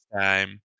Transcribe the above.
time